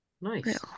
nice